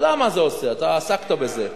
אתה יודע מה זה עושה, אתה עסקת בזה.